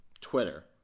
Twitter